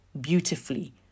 beautifully